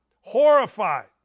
horrified